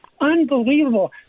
Unbelievable